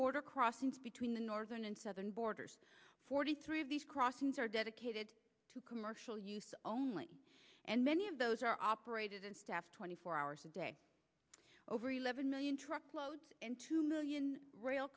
border crossings between the northern and southern borders forty three of these crossings are dedicated to commercial use only and many of those are operated and staffed twenty four hours a day over eleven million truckloads and two million rail